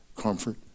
comfort